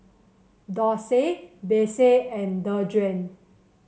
Dorsey Besse and Dejuan